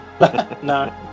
No